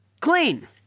clean